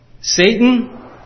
Satan